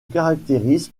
caractérise